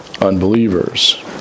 unbelievers